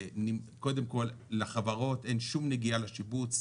קודם כל לחברות אין שום נגיעה לשיבוץ,